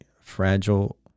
fragile